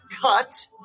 Cut